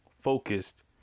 focused